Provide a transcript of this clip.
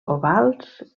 ovals